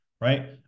right